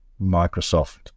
Microsoft